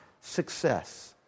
success